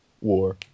war